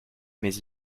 mais